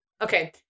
Okay